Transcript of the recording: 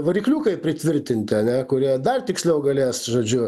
varikliukai pritvirtinti ane kurie dar tiksliau galės žodžiu